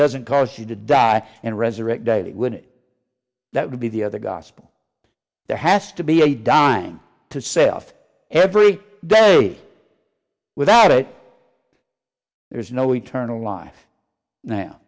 doesn't cause you to die and resurrect daily would that would be the other gospel there has to be a dime to self every day without it there is no eternal life now